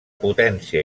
potència